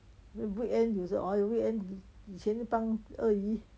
the weekend 有时 oh weekend 以前就帮二姨